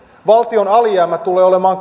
valtion alijäämä tulee olemaan